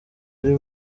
ari